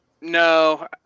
No